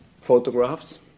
photographs